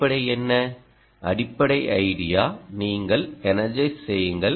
அடிப்படை என்ன அடிப்படை ஐடியா ' நீங்கள் எனர்ஜைஸ் செய்யுங்கள்